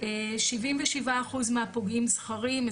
77% מהפוגעים זכרים,